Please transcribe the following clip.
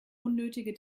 unnötige